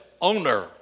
owner